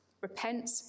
repent